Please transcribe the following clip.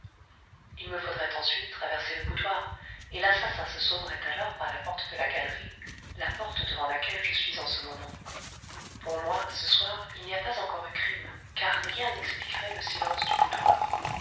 il me faudrait ensuite traverser le boudoir et l'assassin se sauverait alors par la porte de la galerie la porte devant laquelle je suis en ce moment pour moi ce soir il n'y a pas encore eu crime car rien n'expliquerait le silence du boudoir